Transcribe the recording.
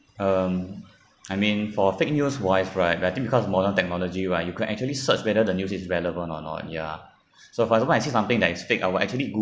um I mean for fake news wise right I think because modern technology right you can actually search whether the news is relevant or not ya so for example I see something that is fake I would actually